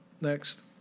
next